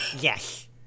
Yes